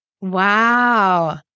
wow